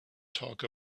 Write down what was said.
talk